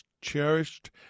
cherished